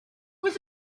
was